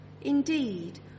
Indeed